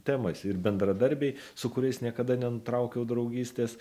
temos ir bendradarbiai su kuriais niekada nenutraukiau draugystės